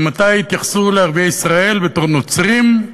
ממתי התייחסו לערביי ישראל בתור נוצרים,